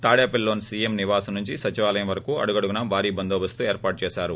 తాడేపల్లిలోని సీఎం నివాసం నుంచి సచివాలయం వరకు అడుగడుగునా భారీ బందోబస్తు ఏర్పాటు చేశారు